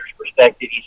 perspective